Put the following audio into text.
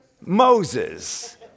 Moses